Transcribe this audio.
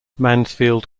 mansfield